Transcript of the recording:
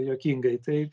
juokingai tai